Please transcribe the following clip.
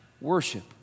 worship